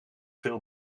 veel